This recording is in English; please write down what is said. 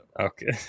Okay